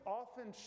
often